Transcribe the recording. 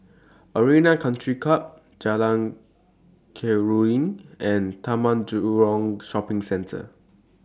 Arena Country Club Jalan Keruing and Taman Jurong Shopping Centre